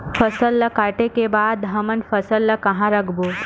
फसल ला काटे के बाद हमन फसल ल कहां रखबो?